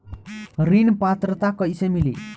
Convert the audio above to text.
ऋण पात्रता कइसे मिली?